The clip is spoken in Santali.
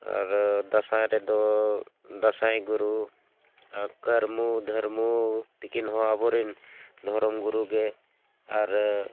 ᱟᱨ ᱫᱟᱸᱥᱟᱭ ᱨᱮᱫᱚ ᱫᱟᱸᱥᱟᱭ ᱜᱩᱨᱩ ᱠᱟᱹᱨᱢᱩ ᱫᱷᱟᱹᱨᱢᱩ ᱛᱤᱠᱤᱱ ᱦᱚᱸ ᱟᱵᱚᱨᱮᱱ ᱫᱷᱚᱨᱚᱢ ᱜᱩᱨᱩ ᱜᱮ ᱟᱨ